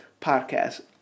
Podcast